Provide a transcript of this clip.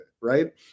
right